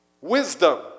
Wisdom